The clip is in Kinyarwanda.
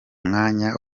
mwanya